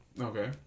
Okay